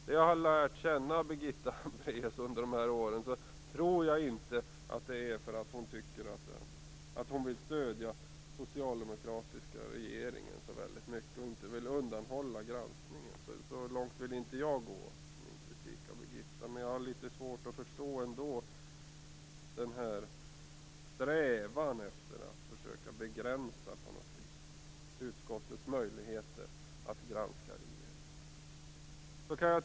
Som jag har lärt känna Birgitta Hambraeus under dessa år tror jag inte att hon gör detta för att hon vill stödja den socialdemokratiska regeringen så mycket och undanhålla granskningen. Så långt vill inte jag gå i min kritik av Birgitta Hambraeus. Men jag har ändå litet svårt att förstå strävan efter att på något sätt försöka begränsa utskottets möjligheter att granska regeringen.